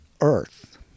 earth